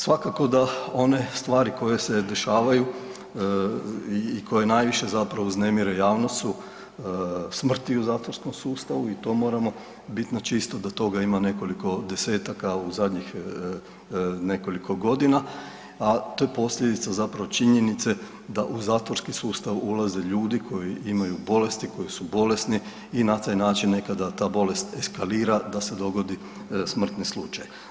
Svakako da one stvari koje se dešavaju i koje najviše zapravo uznemire javnost su smrti u zatvorskom sustavu i to moramo biti na čisto da toga ima nekoliko desetaka u zadnjih nekoliko godina, a to je posljedica zapravo činjenice da u zatvorski sustav ulaze ljudi koji imaju bolesti, koji su bolesni i na taj način nekada ta bolest eskalira, da se dogodi smrtni slučaj.